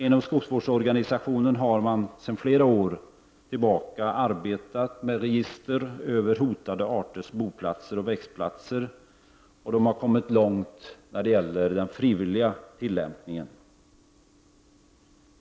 Inom skogsvårdsorganisationen har man sedan flera år tillbaka arbetat med register över hotade arters boresp. växtplatser och man har kommit långt när det gäller den frivilliga tillämpningen.